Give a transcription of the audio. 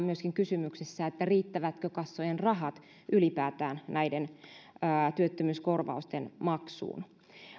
myöskin kysymyksessä riittävätkö kassojen rahat ylipäätään näiden työttömyyskorvausten maksuun